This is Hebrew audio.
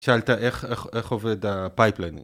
שאלת איך עובד הפייפליינינג